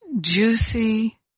juicy